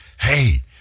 hey